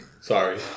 sorry